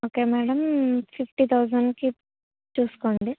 okay madam fifty థౌజండ్కి చూస్కోండి